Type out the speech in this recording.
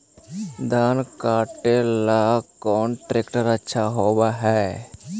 धान कटे ला कौन ट्रैक्टर अच्छा होबा है?